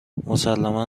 مسلما